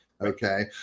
Okay